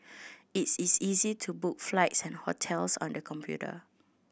is is easy to book flights and hotels on the computer